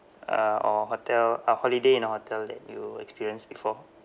uh or hotel or holiday in a hotel that you experienced before